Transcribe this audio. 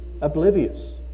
oblivious